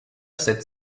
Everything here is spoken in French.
cette